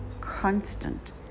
constant